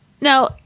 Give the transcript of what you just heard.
now